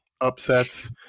Upsets